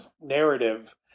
narrative